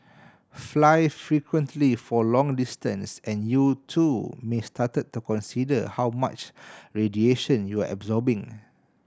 fly frequently for long distance and you too may start to consider how much radiation you're absorbing